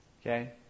Okay